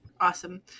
Awesome